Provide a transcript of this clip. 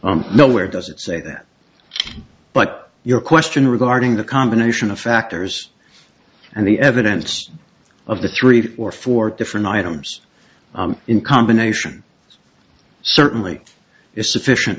nowhere does it say that but your question regarding the combination of factors and the evidence of the three or four different items in combination certainly is sufficient